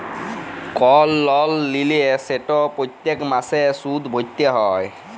call লল লিলে সেট প্যত্তেক মাসে সুদ ভ্যইরতে হ্যয়